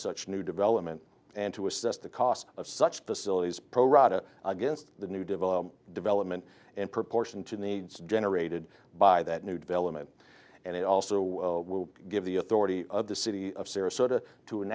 such new development and to assist the cost of such facilities pro rata against the new development development and proportion to needs generated by that new development and it also will give the authority of the city of sarasota to